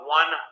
one